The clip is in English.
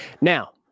Now